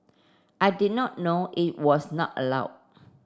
I did not know it was not allowed